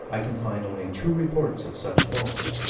i can find only two reports of such falls.